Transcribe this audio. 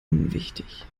unwichtig